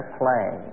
play